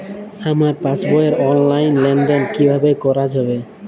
আমার পাসবই র অনলাইন লেনদেন কিভাবে করা যাবে?